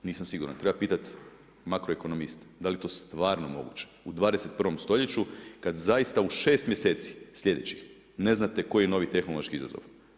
Nisam siguran, treba pitati makroekonomiste, da li to stvarno moguće u 21. stoljeću kad zaista u 6 mjeseci, sljedećih, ne znate koji je novi tehnološki izazov.